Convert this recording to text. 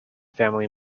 family